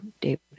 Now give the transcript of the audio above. David